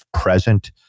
present